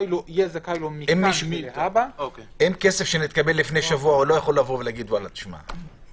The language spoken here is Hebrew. אם כסף שנתקבל לפני שבוע לא יוכל לומר: תשמע.